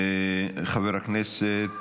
חבר הכנסת